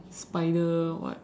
spider or what